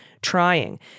trying